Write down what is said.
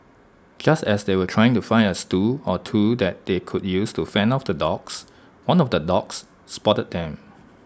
just as they were trying to find as tool or two that they could use to fend off the dogs one of the dogs spotted them